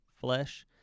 flesh